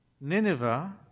Nineveh